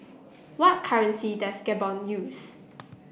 what currency does Gabon use